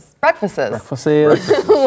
breakfasts